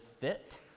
fit